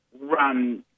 run